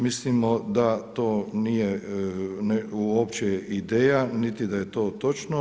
Mislimo da to nije uopće ideja niti da je to točno.